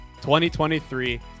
2023